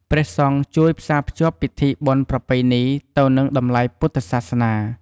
ព្រះសង្ឃជួយផ្សាភ្ជាប់ពិធីបុណ្យប្រពៃណីទៅនឹងតម្លៃពុទ្ធសាសនា។